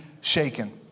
shaken